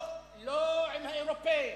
לא עם האירופים,